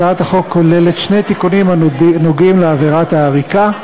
התשע״ו 2016. הצעת החוק כוללת שני תיקונים הנוגעים לעבירת עריקה.